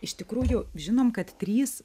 iš tikrųjų žinom kad trys